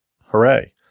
hooray